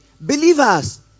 Believers